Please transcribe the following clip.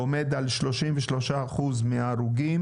ועומד על 33% מההרוגים.